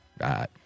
right